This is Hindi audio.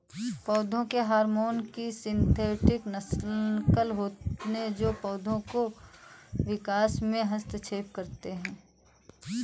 पौधों के हार्मोन की सिंथेटिक नक़ल होते है जो पोधो के विकास में हस्तक्षेप करते है